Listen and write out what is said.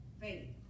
faith